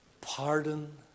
Pardon